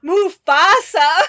Mufasa